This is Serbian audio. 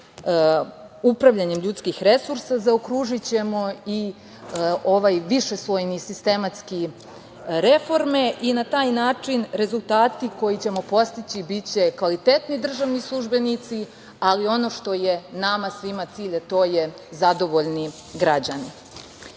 sa upravljanjem ljudskih resursa zaokružićemo i ove višeslojne sistematske reforme i na taj način rezultati koje ćemo postići biće kvalitetni državni službenici, ali i ono što je nama svima cilj, a to je zadovoljni građani. Svakako,